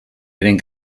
eren